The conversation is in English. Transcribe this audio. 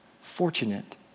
Fortunate